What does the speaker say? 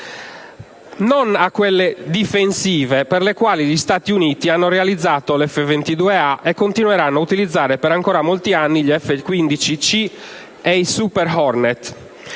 non a quelle difensive, per le quali gli Stati Uniti hanno realizzato l'F-22A e continueranno ad utilizzare ancora per molti anni gli F-15C e i Super Hornet.